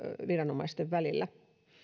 viranomaisten välillä